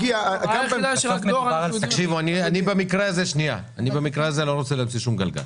במקרה הזה אני לא רוצה להמציא שום גלגל.